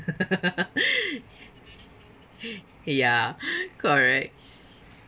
ya correct